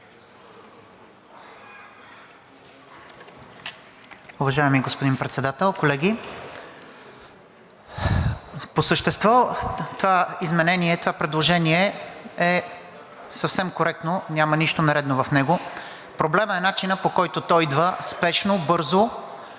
Уважаеми господин Председател, колеги! По същество това изменение, това предложение е съвсем коректно, няма нищо нередно в него. Проблемът е начинът, по който то идва спешно, бързо,